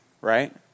right